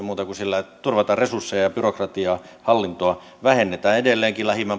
muuta kuin siinä että turvataan resursseja ja byrokratiaa ja hallintoa vähennetään edelleenkin lähimmän partion